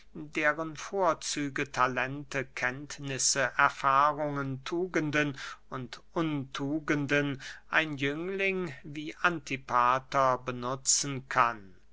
deren vorzüge talente kenntnisse erfahrungen tugenden und untugenden ein jüngling wie antipater benutzen kann